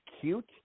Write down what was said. cute